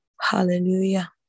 Hallelujah